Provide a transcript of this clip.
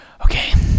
okay